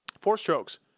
four-strokes